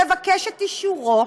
תבקש את אישורו,